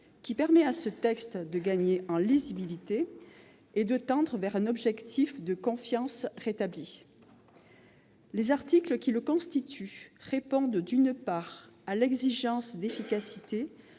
qui permet à ce texte de gagner en lisibilité et de tendre vers un objectif de confiance rétablie. Les articles qui la constituent répondent, d'une part, à l'exigence d'efficacité